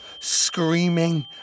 screaming